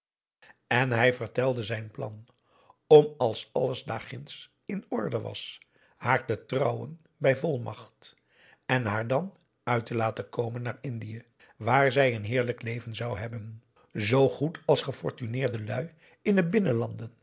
en hij vertelde zijn plan om als alles daarginds in orde was haar te trouwen bij volmacht aum boe akar eel en haar dan uit te laten komen naar indië waar zij een heerlijk leven zou hebben zoo goed als gefortuneerde lui in de binnenlanden